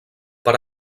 per